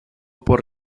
por